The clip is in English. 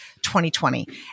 2020